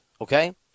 Okay